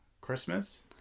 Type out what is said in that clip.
Christmas